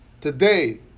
today